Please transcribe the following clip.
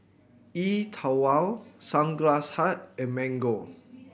E Twow Sunglass Hut and Mango